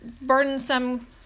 burdensome